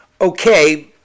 Okay